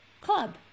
club